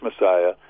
Messiah